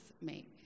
make